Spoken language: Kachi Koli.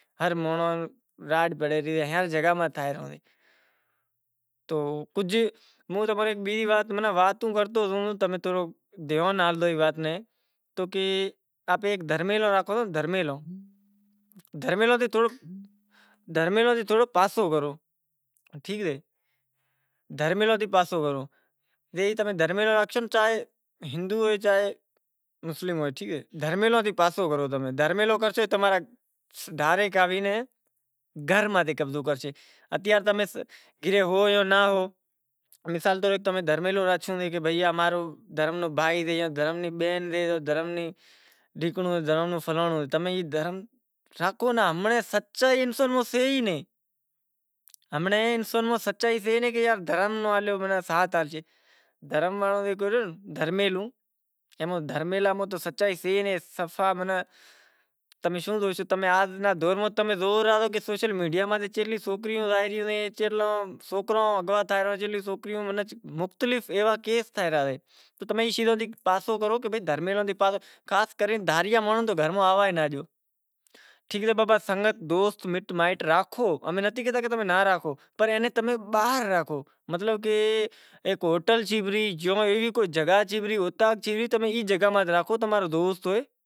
ہر مانڑو تو کجھ ہوں تو بی وات کرتو زوں تو کہ آپیں ہیک دھرمیلو راکھوں تو دھرمیلو تھیں تھوڑو پاسو کرو۔ ٹھیک سے دھرمیلے تھیں پاہو کرو تمیں دھرمیلو کرشو تو ڈاریک آوی زائے گھر ماتھے قبضو کرشے تمیں دھرمیلو راکھشو تو ای بھائی امارو دھرمیلو بھائی سے فلانڑو سے ڈھینکڑو سے۔ دھرمیلو راکھو ای ناں سچائی انسان میں سے ئی نہیں۔ دوست مٹ مائٹ راکھو امیں نتھی کہتا ناں راکھو پنڑ اینے تمیں باہر راکھو کو ہوٹل تھی پرہی